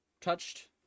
touched